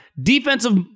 defensive